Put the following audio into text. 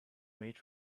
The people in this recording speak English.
made